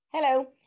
Hello